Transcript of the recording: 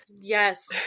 yes